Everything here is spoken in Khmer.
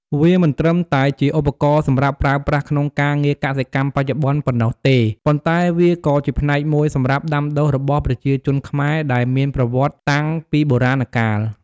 វាមិនត្រឹមតែជាឧបករណ៍សម្រាប់ប្រើប្រាស់ក្នុងការងារកសិកម្មបច្ចុប្បន្នប៉ុណ្ណោះទេ ប៉ុន្តែវាក៏ជាផ្នែកមួយសម្រាប់ដាំដុះរបស់ប្រជាជនខ្មែរដែលមានប្រវត្តិសតាំងពីបុរាណកាល។